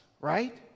right